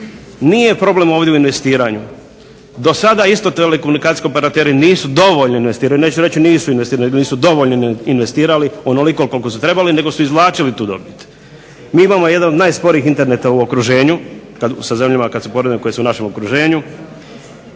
Nije problem ovdje u investiranju, do sada isto telekomunikacijski operateri nisu dovoljno investirali, neću reći nisu investirali nego nisu dovoljno investirali, onoliko koliko su trebali nego su izvlačili tu dobit. Mi imamo jedan od najsporijih interneta u okruženju sa zemljama kad se usporedimo koje su u našem okruženju.